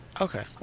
Okay